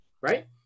right